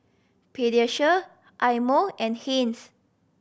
Pediasure Eye Mo and Heinz